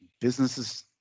businesses